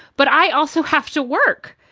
but i also have to work.